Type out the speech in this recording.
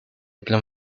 plan